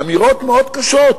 אמירות מאוד קשות,